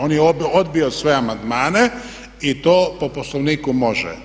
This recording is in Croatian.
On je odbio sve amandmane i to po Poslovniku može.